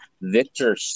Victor